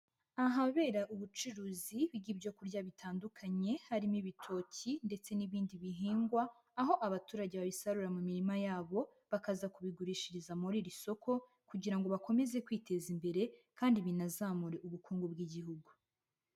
Ahabera ubucuruzi bw'ibyo kurya bitandukanye harimo ibitoki ndetse n'ibindi bihingwa, aho abaturage babisarurira mu mirima yabo bakaza kubigurishiriza muri iri soko kugira ngo bakomeze kwiteza imbere kandi binazamure ubukungu bw'Igihugu.